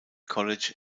college